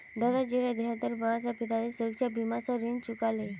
दादाजीर देहांतेर बा द पिताजी सुरक्षा बीमा स ऋण चुका ले